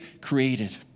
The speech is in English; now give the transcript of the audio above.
created